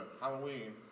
Halloween